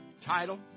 title